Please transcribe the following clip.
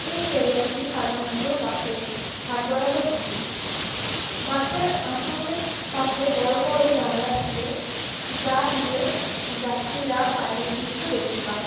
এই ক্যারিয়ারটি সাধারণত বাসের ছাদ বরাবর থাকে বাসের আসনের পাশে বড় বড় জানালা থাকে যা দিয়ে যাত্রীরা বাইরের দৃশ্য দেখতে পায়